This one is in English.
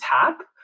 tap